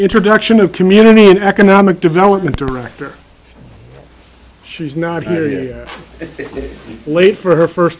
introduction of community and economic development director she's not here late for her first